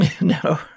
No